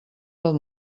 del